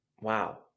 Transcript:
Wow